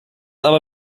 aber